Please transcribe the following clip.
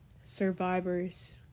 survivors